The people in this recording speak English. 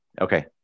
Okay